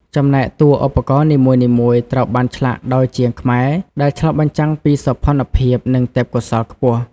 ចំណែកតួឧបករណ៍នីមួយៗត្រូវបានឆ្លាក់ដោយជាងខ្មែរ ដែលឆ្លុះបញ្ចាំងពីសោភណភាព និងទេពកោសល្យខ្ពស់។